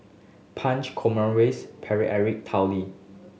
Punch Eric Tao Li